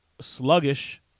sluggish